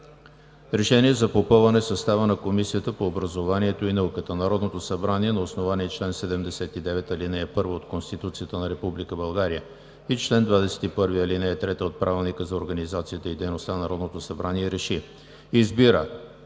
РЕШЕНИЕ за попълване състава на Комисията по образованието и науката Народното събрание на основание чл. 79, ал. 1 от Конституцията на Република България и чл. 21, ал. 3 от Правилника за организацията и дейността на Народното събрание РЕШИ: Избира